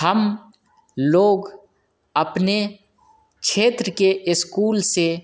हम लोग अपने क्षेत्र के स्कूल से